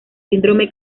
síndrome